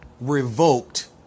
revoked